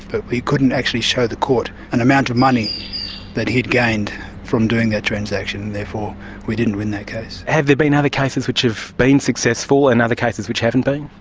but we couldn't actually show the court an amount of money that he had gained from doing that transaction, and therefore we didn't win that case. have they been other cases which have been successful and other cases which haven't been?